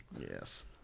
Yes